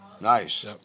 Nice